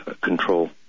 control